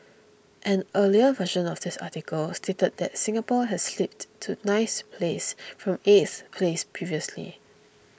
an earlier version of this article stated that Singapore had slipped to ninth place from eighth place previously